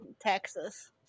Texas